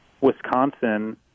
Wisconsin